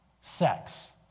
sex